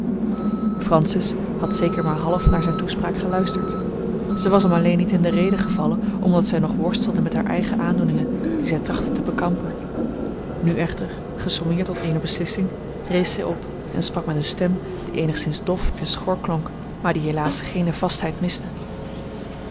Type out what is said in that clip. francis had zeker maar half naar zijne toespraak geluisterd zij was hem alleen niet in de rede gevallen omdat zij nog worstelde met hare eigene aandoeningen die zij trachtte te bekampen nu echter gesommeerd tot eene beslissing rees zij op en sprak met eene stem die eenigszins dof en schor klonk maar die helaas geene vastheid miste